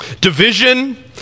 Division